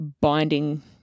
binding